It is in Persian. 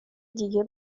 دیگه